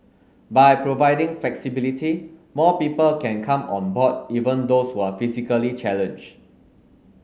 by providing flexibility more people can come on board even those who are physically challenged